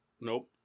Nope